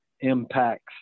impacts